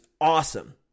awesome